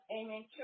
amen